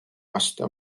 hasta